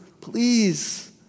Please